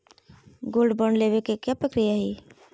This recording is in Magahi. गोल्ड बॉन्ड लेवे के का प्रक्रिया हई?